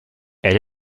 elle